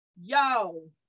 Yo